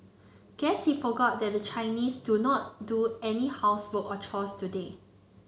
guess he forgot that the Chinese do not do any housework or chores today